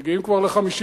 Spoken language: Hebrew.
מגיעים כבר ל-50%.